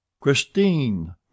Christine